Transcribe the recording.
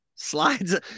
Slides